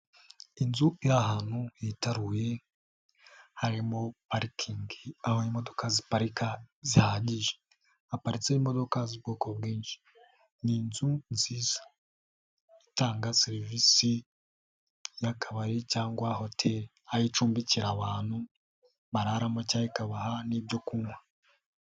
Inzu iri ahantu hitaruye harimo parikingi aho imodoka ziparika zihagije, haparitseho imodoka z'ubwoko bwinshi, ni inzu nziza itanga serivisi y'akabari cyangwa hoteli, aho icumbikira abantu bararamo cyangwa ikabaha n'ibyo kunywa.